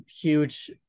huge